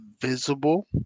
visible